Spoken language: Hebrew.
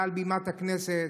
מעל בימת הכנסת,